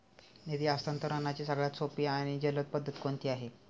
निधी हस्तांतरणाची सगळ्यात सोपी आणि जलद पद्धत कोणती आहे?